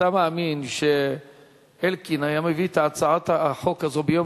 אתה מאמין שאלקין היה מביא את הצעת החוק הזו ביום